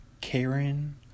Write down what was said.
Karen